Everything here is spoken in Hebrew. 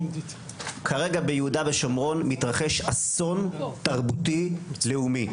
כרגע ביהודה ושומרון מתרחש אסון תרבותי לאומי.